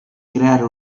creare